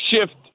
shift